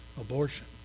abortion